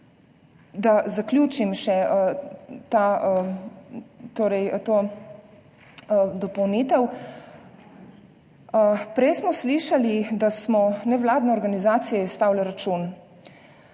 Da zaključim to dopolnitev. Prej smo slišali, da smo nevladne organizacije izstavile račun.